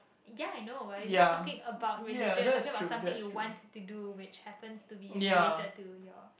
ya I know but you not talk about religion talking about something you want to do which happens to be related to your